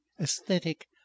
aesthetic